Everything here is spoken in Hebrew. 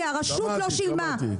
כי הרשות לא שילמה.